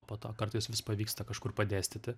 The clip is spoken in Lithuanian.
po to kartais vis pavyksta kažkur padėstyti